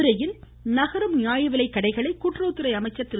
மதுரையில் நகரும் நியாயவிலைக் கடைகளில் கூட்டுறவுத்துறை அமைச்சர் திரு